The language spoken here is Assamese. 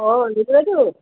অঁ বাইদেউ